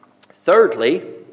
Thirdly